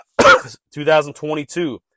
2022